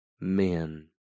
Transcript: men